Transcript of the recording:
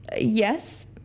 yes